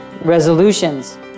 resolutions